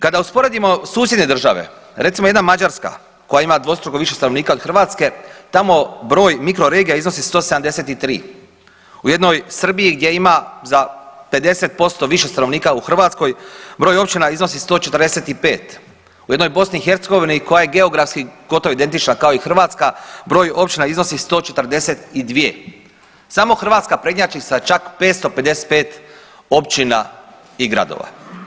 Kada usporedimo susjedne države, recimo jedna Mađarska koja ima dvostruko više stanovnika od Hrvatske tamo broj mikroregija iznosi 173, u jednoj Srbiji gdje ima za 50% više stanovnika nego u Hrvatskoj broj općina iznosi 145, u jednoj BiH koja je geografski gotovo identična kao i Hrvatska broj općina iznosi 142, samo Hrvatska prednjači sa čak 555 općina i gradova.